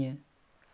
Amazon सऽ